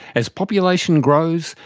as population grows,